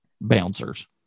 bouncers